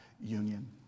union